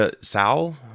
Sal